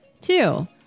Two